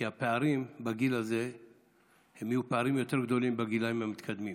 כי הפערים בגיל הזה יהיו פערים יותר גדולים בגילים המתקדמים.